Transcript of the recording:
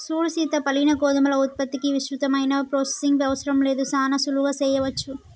సూడు సీత పగిలిన గోధుమల ఉత్పత్తికి విస్తృతమైన ప్రొసెసింగ్ అవసరం లేదు సానా సులువుగా సెయ్యవచ్చు